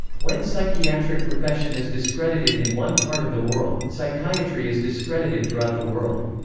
when psychiatric profession is discredited in one part of the world, psychiatry is discredited throughout the world.